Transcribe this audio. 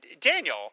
Daniel